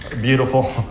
beautiful